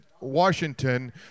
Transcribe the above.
Washington